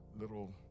little